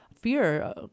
fear